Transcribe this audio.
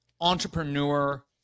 entrepreneur